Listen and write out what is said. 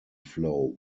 flow